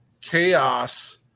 chaos